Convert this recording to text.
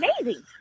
amazing